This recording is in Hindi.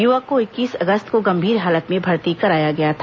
युवक को इक्कीस अगस्त को गंभीर हालत में भर्ती कराया गया था